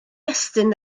estyn